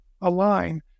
align